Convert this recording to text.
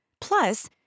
Plus